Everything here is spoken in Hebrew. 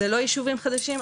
זה לא ישובים חדשים,